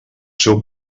seu